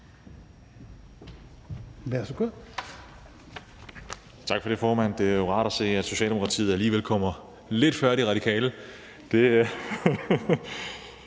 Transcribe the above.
Roug (S): Tak for det, formand. Det er jo rart at se, at Socialdemokratiet alligevel kommer lidt før De Radikale her.